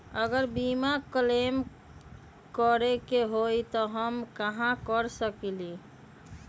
अगर बीमा क्लेम करे के होई त हम कहा कर सकेली?